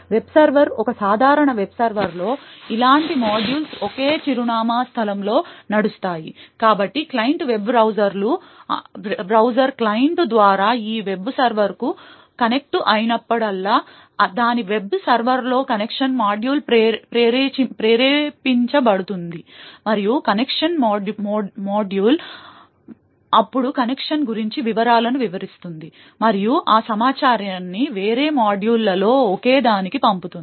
web server ఒక సాధారణ web సర్వర్లో ఇలాంటి మాడ్యూల్స్ ఒకే చిరునామా స్థలంలో నడుస్తాయి కాబట్టి క్లయింట్ వెబ్ బ్రౌజర్ క్లయింట్ ద్వారా ఈ వెబ్ సర్వర్కు కనెక్ట్ అయినప్పుడల్లా దాని వెబ్ సర్వర్లోని కనెక్షన్ మాడ్యూల్ ప్రేరేపించబడుతుంది మరియు కనెక్షన్ మాడ్యూల్ అప్పుడు కనెక్షన్ గురించి వివరాలను వివరిస్తుంది మరియు ఆ సమాచారాన్ని వేరే మాడ్యూళ్ళలో ఒకదానికి పంపుతుంది